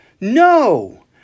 No